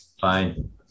Fine